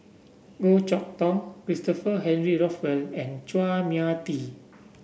Goh Chok Tong Christopher Henry Rothwell and Chua Mia Tee